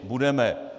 Budeme.